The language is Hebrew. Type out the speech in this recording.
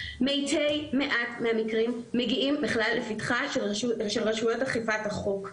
מתי מעט מהמקרים מגיעים בכלל לפתחה של רשויות אכיפת החוק.